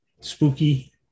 spooky